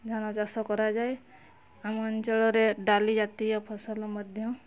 ଧାନଚାଷ କରାଯାଏ ଆମ ଅଞ୍ଚଳରେ ଡାଲିଜାତୀୟ ଫସଲ ମଧ୍ୟ